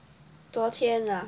昨天啊